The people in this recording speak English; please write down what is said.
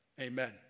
Amen